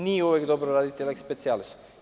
Nije uvek dobro raditi leks specijalis.